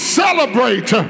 celebrate